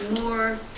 more